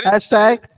Hashtag